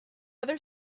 other